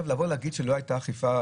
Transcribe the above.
להגיד שלא הייתה אכיפה